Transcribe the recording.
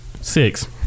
six